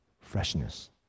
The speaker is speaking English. freshness